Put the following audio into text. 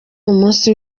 umunsi